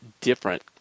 different